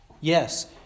yes